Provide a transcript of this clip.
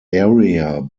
area